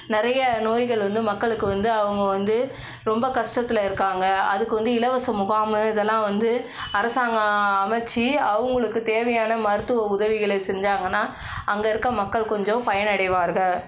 நிறைய நோய்கள் வந்து மக்களுக்கு வந்து அவங்க வந்து ரொம்ப கஷ்டத்தில் இருக்காங்க அதுக்கு வந்து இலவச முகாம் இதெல்லாம் வந்து அரசாங்கம் அமைச்சி அவங்களுக்கு தேவையான மருத்துவ உதவிகளை செஞ்சாங்கன்னா அங்கே இருக்க மக்கள் கொஞ்சம் பயனடைவார்கள்